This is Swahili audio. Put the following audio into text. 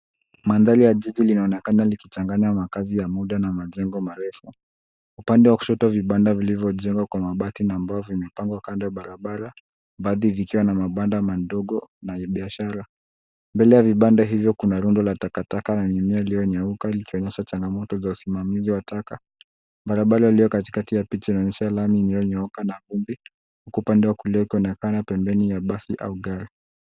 Mandhari ya jiji linaonekana likichanganya na kazi ya muda na majengo marefu. Upande wa kushoto vibanda vilivyojengwa kwa mabati na mbao vimepangwa kando na barabara baadhi vikiwa na mabanda madogo na biashara. Mbele ya vibanda hivyo kuna rundo la takataka na eneo iliyonyauka ikionyesha changamoto za usimamizi wa taka. Barabara iliyokatikati ya picha inaonyesha lami iliyonyooka na vumbi huku upande wa kulia ikionekana pembeni ya basi au gari.